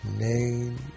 name